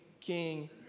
king